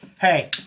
Hey